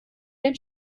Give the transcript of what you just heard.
den